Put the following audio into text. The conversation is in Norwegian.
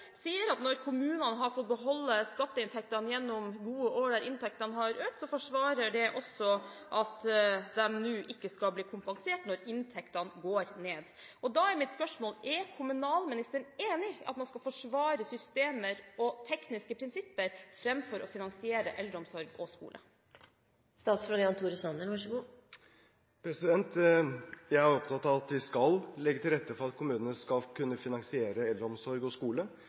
sier at når kommunene har fått beholde skatteinntektene gjennom gode år, da inntektene økte, forsvarer det at de ikke skal få kompensasjon når inntektene går ned. Da er mitt spørsmål: Er kommunalministeren enig i at man skal forsvare systemer og tekniske prinsipper, framfor å finansiere eldreomsorg og skole? Jeg er opptatt av at vi skal legge til rette for at kommunene skal kunne finansiere eldreomsorg og skole,